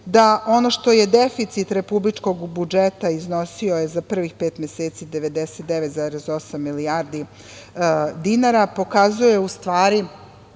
da ono što je deficit republičkog budžeta iznosio za prvih pet meseci 99,8 milijardi dinara pokazuje da